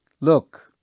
Look